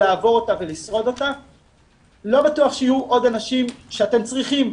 אבל עדיין הנתונים מראים על נסיגה בכל